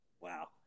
Wow